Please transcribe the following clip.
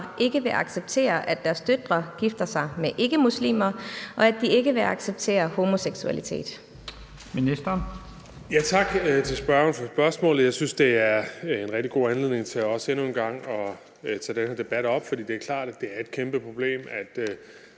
ikke vil acceptere, at deres døtre gifter sig med ikkemuslimer, og at de ikke vil acceptere homoseksualitet?